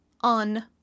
on